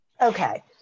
Okay